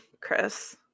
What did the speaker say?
Chris